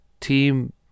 team